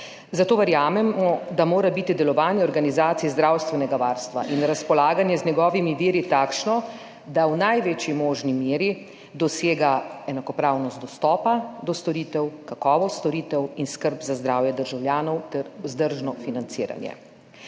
Zato verjamemo, da mora biti delovanje organizacij zdravstvenega varstva in razpolaganje z njegovimi viri takšno, da v največji možni meri dosega enakopravnost dostopa do storitev, kakovost storitev in skrb za zdravje državljanov ter vzdržno financiranje.